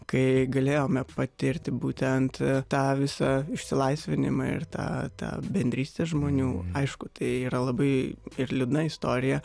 kai galėjome patirti būtent tą visą išsilaisvinimą ir tą tą bendrystę žmonių aišku tai yra labai ir liūdna istorija